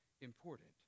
important